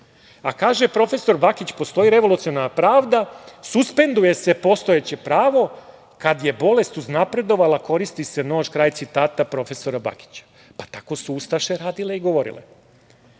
Kaže profesor Bakić: "Postoji revolucionarna pravda, suspenduje se postojeće pravo, kad je bolest uznapredovala koristi se nož", kraj citata profesora Bakića. Tako su ustaše radile i